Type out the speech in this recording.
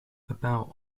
about